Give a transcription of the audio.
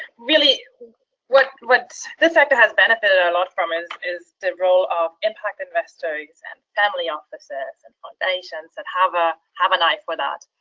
really what what this sector has benefited a lot from is is the role of impact investors and family offices and that have ah have an eye for that.